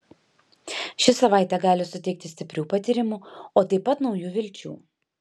ši savaitė gali suteikti stiprių patyrimų o taip pat naujų vilčių